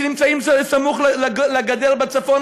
שנמצאים סמוך לגדר בצפון,